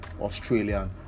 Australian